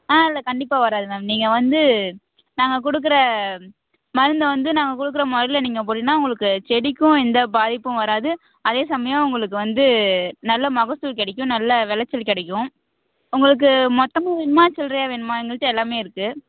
ஆ அதில் கண்டிப்பாக வராது மேம் நீங்கள் வந்து நாங்கள் கொடுக்குற மருந்த வந்து நாங்கள் கொடுக்குற மருந்தை நீங்கள் போட்டிங்கன்னா உங்களுக்கு செடிக்கும் எந்த பாதிப்பும் வராது அதே சமயம் உங்களுக்கு வந்து நல்ல மகசூல் கிடைக்கும் நல்ல விளைச்சல் கிடைக்கும் உங்களுக்கு மொத்தமாக வேணுமா சில்ட்ரையாக வேணுமா எங்கள்கிட்ட எல்லாமே இருக்கு